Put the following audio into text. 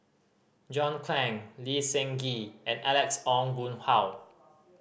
John Clang Lee Seng Gee and Alex Ong Boon Hau